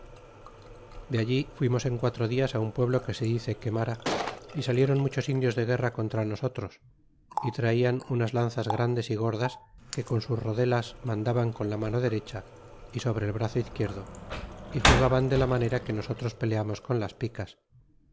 de allí fuimos en quatro dias á un pueblo que se dice quemara y saliéron muchos indios de guerra contra nosotros y traian unas lanzas grandes y gordas que con sus rodelas mandaban con la mano derecha y sobre el brazo izquierdo y jugaban de la manera que nosotros peleamos con las picas